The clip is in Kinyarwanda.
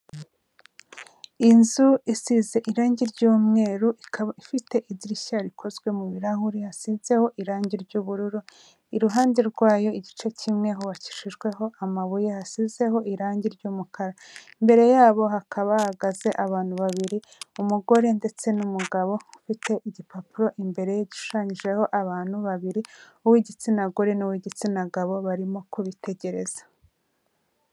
Inzu isize irangi ry'umweru ikaba ifite idirishya rikozwe mu birahure hasizeho irangi ry'ubururu, iruhande rwayo igice kimwe hubakishijweho amabuye hasizeho irangi ry'umukara imbere yabo hakaba hahagaze abantu babiri umugore ndetse n'umugabo ufite igipapuro imbere gishushanyijeho abantu babiri uw'igitsina gore n'uw'igitsina gabo barimo kubitegereza.